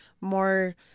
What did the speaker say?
more